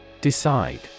Decide